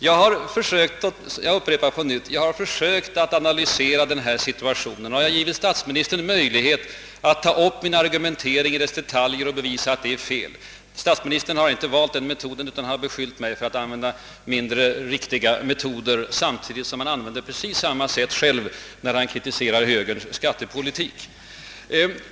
Jag upprepar på nytt, att jag har försökt att analysera läget i försvarsfrågan, och jag har givit statsministern möjlighet att ta upp min argumentering i dess detaljer och visa att den är felaktig. Statsministern har inte valt den metoden, utan han har beskyllt mig för att använda mindre riktiga metoder, samtidigt som han gör på precis samma sätt när han kritiserar högerns skattepolitik.